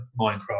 Minecraft